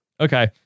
Okay